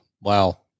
Wow